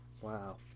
Wow